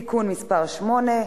(תיקון מס' 8),